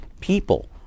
people